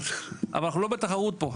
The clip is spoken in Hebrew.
אבל אנחנו לא בתחרות פה,